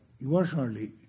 emotionally